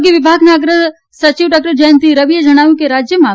આરોગ્ય વિભાગના અગ્રસચિવ ડોકટર જયંતી રવીએ જણાવ્યું છે કે રાજયમાં